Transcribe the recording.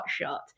hotshot